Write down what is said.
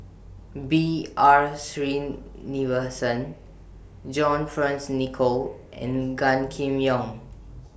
B R Sreenivasan John Fearns Nicoll and Gan Kim Yong